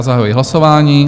Zahajuji hlasování.